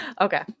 Okay